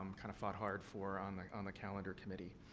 kind of fought hard for on like on the calendar committee.